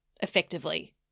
effectively